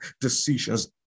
decisions